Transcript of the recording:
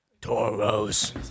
Toro's